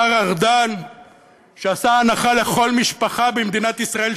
השר ארדן שעשה הנחה לכל משפחה במדינת ישראל